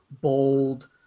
bold